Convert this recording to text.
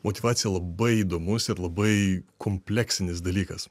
motyvacija labai įdomus ir labai kompleksinis dalykas